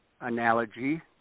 analogy